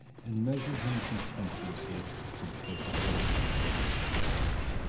and measured him contemptuously from head to foot for the second time.